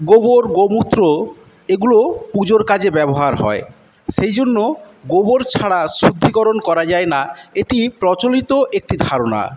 গোবর গোমূত্র এগুলো পুজোর কাজে ব্যবহার হয় সেইজন্য গোবর ছাড়া শুদ্ধিকরণ করা যায় না এটি প্রচলিত একটি ধারণা